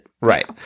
Right